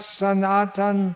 sanatan